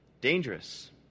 Dangerous